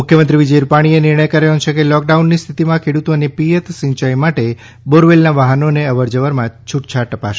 મુખ્યમંત્રી વિજય રૂપાણીએ નિર્ણય કર્યો છે કે લોકડાઉનની સ્થિતિમાં ખેડુતોને પિયત સિંચાઇ માટે બોરવેલના વાહનોને અવરજવરમાં છુટછાટ અપાશે